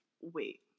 Wait